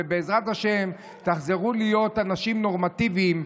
ובעזרת השם תחזרו להיות אנשים נורמטיביים,